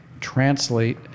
Translate